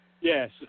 Yes